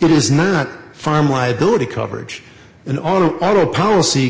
it is not from liability coverage and auto auto policy